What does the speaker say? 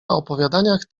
opowiadaniach